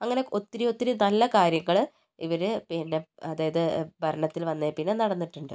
അങ്ങനെ ഒത്തിരി ഒത്തിരി നല്ല കാര്യങ്ങള് ഇവര് പിന്നെ അതായത് ഭരണത്തിൽ വന്നതിൽ പിന്നെ നടന്നിട്ടുണ്ട്